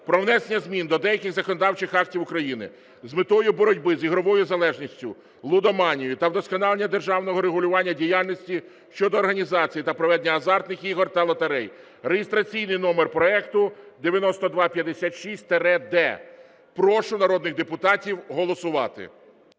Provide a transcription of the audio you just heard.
про внесення змін до деяких законодавчих актів України з метою боротьби з ігровою залежністю (лудоманією) та вдосконалення державного регулювання діяльності щодо організації та проведення азартних ігор та лотерей, реєстраційний номер проекту 9256-д. Прошу народних депутатів голосувати.